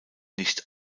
nicht